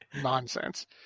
nonsense